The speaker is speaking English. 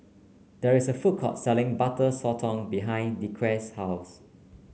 there is a food court selling Butter Sotong behind Dequan's house